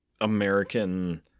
American